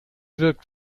wirkt